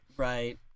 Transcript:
Right